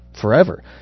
forever